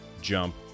Jump